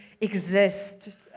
exist